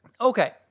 Okay